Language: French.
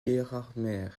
gérardmer